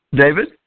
David